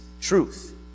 truth